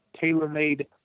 tailor-made